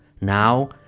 now